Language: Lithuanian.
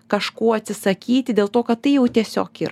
kažko atsisakyti dėl to kad tai jau tiesiog yra